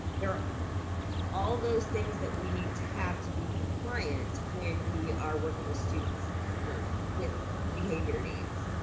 there are all those things that we need to have to be compliant, when we are working with students with behavior needs.